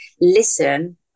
listen